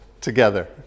together